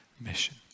mission